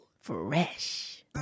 Fresh